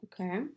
Okay